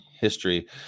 history